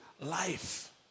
life